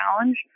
challenge